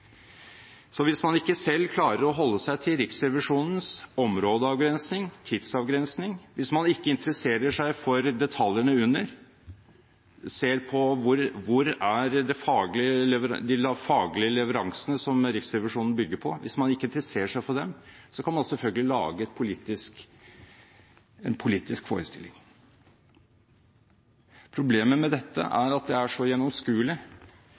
Så hvis man ikke selv klarer å holde seg til Riksrevisjonens områdeavgrensning, tidsavgrensning, hvis man ikke ser eller interesserer seg for de faglige leveransene som Riksrevisjonen bygger på, så kan man selvfølgelig lage en politisk forestilling. Problemet med dette er at det er så